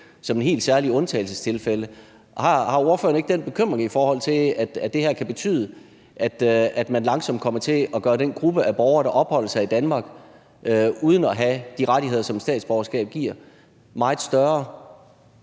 som i helt særlige undtagelsestilfælde. Har ordføreren ikke den bekymring i forhold til, at det her kan betyde, at man langsomt kommer til at gøre den gruppe, der opholder sig i Danmark uden at have de rettigheder, som et statsborgerskab giver, meget større?